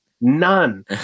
None